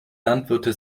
landwirte